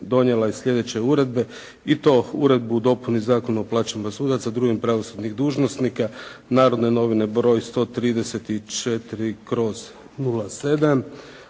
donijela je sljedeće uredbe i to uredbu o dopuni Zakona o plaćama sudaca, drugih pravosudnih dužnosnika, "Narodne novine" br. 134/07.